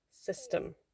system